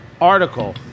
article